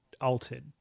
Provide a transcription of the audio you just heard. altered